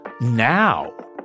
now